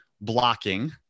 blocking